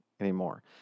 anymore